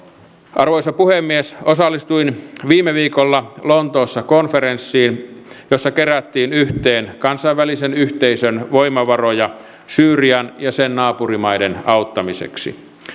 arvoisa puhemies osallistuin viime viikolla lontoossa konferenssiin jossa kerättiin yhteen kansainvälisen yhteisön voimavaroja syyrian ja sen naapurimaiden auttamiseksi